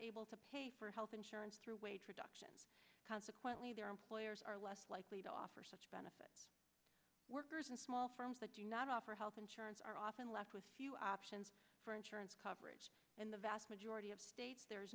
able to pay for health insurance through wage for adoption consequently their employers are less likely to offer such benefit workers and small firms that do not offer health insurance are often left with few options for insurance coverage in the vast majority of states there